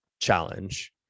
challenge